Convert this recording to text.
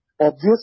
obvious